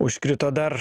užkrito dar